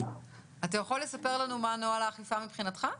אתה יכול לספר לנו מה נוהל האכיפה מבחינתך?